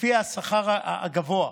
לפי השכר הגבוה.